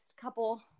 couple